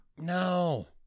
no